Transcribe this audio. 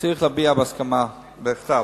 צריך להביע הסכמה בכתב.